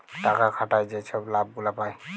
টাকা খাটায় যে ছব লাভ গুলা পায়